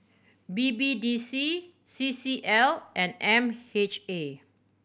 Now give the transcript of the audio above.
B B D C C C L and M H A